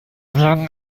werden